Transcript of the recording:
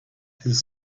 his